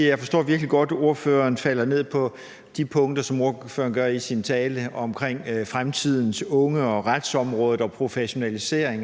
jeg forstår virkelig godt, at ordføreren slår ned på de punkter, som ordføreren gør i sin tale, omkring fremtidens unge og retsområdet og professionalisering.